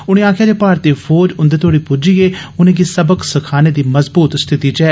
उनें आक्खेया जे भारतीय फौज उन्दे तोड़ी प्ज्जिये उनेंगी सबक सखाने दी मजबूत स्थिति च ऐ